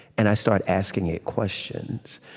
and i start asking it questions.